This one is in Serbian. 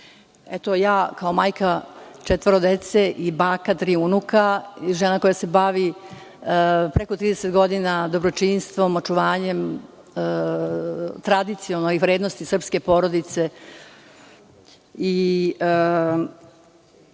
rađaju. Kao majka četvoro dece i baka tri unuka i žena koja se bavi preko 30 godina dobročinstvom, očuvanjem tradicije i vrednosti srpske porodice i